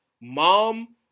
mom